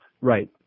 Right